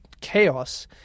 chaos—